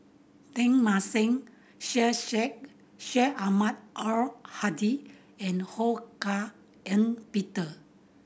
Teng Mah Seng Syed Sheikh Syed Ahmad Al Hadi and Ho Hak Ean Peter